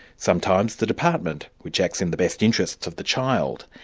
sometimes the department which acts in the best interests of the child.